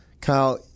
Kyle